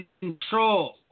control